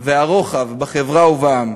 והרוחב בחברה ובעם.